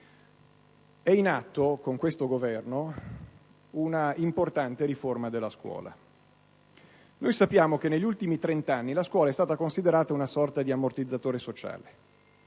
è in atto, con questo Governo, una importante riforma della scuola. Sappiamo che negli ultimi trent'anni la scuola è stata considerata una sorta di ammortizzatore sociale.